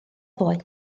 ddoe